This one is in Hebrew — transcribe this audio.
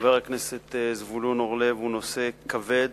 חבר הכנסת זבולון אורלב הוא נושא כבד,